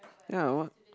ya I want